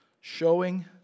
Showing